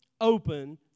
open